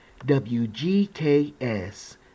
WGKS